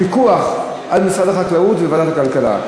הפיקוח על משרד החקלאות הוא בוועדת הכלכלה.